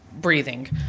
breathing